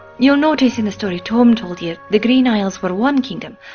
you'll notice in the story tome told you the green isles were one kingdom.